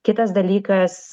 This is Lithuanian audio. kitas dalykas